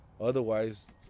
Otherwise